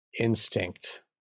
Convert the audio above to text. instinct